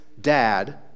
dad